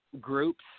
groups